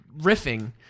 riffing